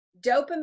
dopamine